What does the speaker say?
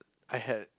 I had